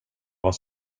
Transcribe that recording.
vad